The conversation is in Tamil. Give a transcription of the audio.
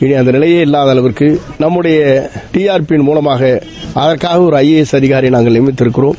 இனி அந்த நிலையே இல்வாத அளவுக்கு நம்முடைய டிஆர்பி மூலமாக அதற்காக ஒரு ஐ ஏ எஸ் அதிகாரியை நாங்க நியமித்திருக்கிறோம்